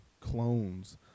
clones